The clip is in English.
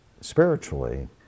spiritually